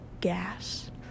Gas